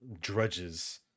drudges